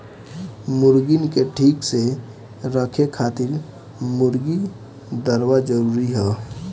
मुर्गीन के ठीक से रखे खातिर मुर्गी दरबा जरूरी हअ